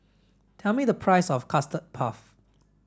tell me the price of custard puff